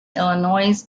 illinois